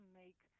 make